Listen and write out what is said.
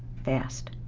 fast.